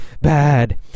bad